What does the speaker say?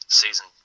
season